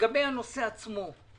לגבי הנושא של המשפחות,